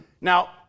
Now